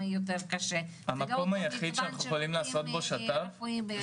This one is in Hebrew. עם הקופות כדי שמקומו של בית החולים ברזילי לא ייפקד.